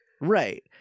Right